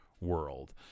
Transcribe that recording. world